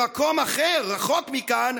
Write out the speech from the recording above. במקום אחר, רחוק מכאן,